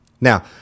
Now